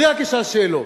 אני רק אשאל שאלות.